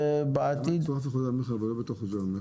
למה מצורף לחוזה המכר ולא בתוך חוזה המכר?